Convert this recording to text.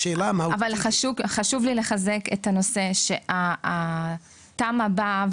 אבל חשוב לי לחזק את הנושא שהתמ"א באה